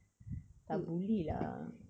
tak boleh lah